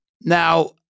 Now